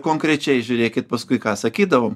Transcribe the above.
konkrečiai žiūrėkit paskui ką sakydavom